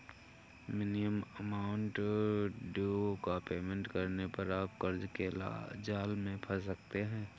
minimum amount due का payment करने पर आप कर्ज के जाल में फंस सकते हैं